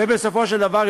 ובסופו של דבר,